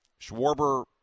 Schwarber